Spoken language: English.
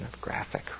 Graphic